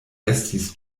estis